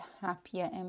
happier